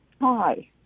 Hi